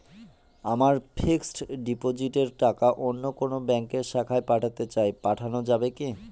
আমার ফিক্সট ডিপোজিটের টাকাটা অন্য কোন ব্যঙ্কের শাখায় পাঠাতে চাই পাঠানো যাবে কি?